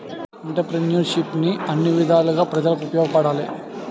ఎంటర్ప్రిన్యూర్షిప్ను అన్ని విధాలుగా ప్రజలకు ఉపయోగపడాలి